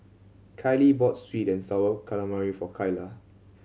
Kylie bought sweet and Sour Calamari for Kylah